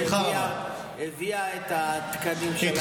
שהביאה את התקנים של,